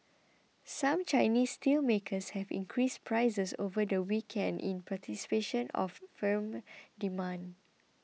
some Chinese steelmakers have increased prices over the weekend in participation of firmer demand